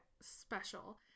special